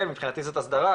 מבחינתי זו הסדרה,